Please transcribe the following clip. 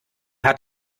hat